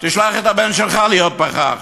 תשלח את הבן שלך להיות פחח.